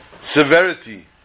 severity